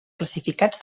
classificats